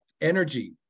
energy